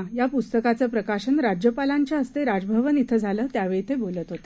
व्यंगलेखकांच्यालेखांचेसंकलनअसलेल्याबतादूँक्या यापुस्तकाचंप्रकाशनराज्यपालांच्याहस्तेराजभवनधिंझालं त्यावेळीतेबोलतहोते